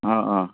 অঁ অঁ